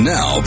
Now